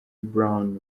brown